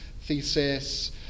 thesis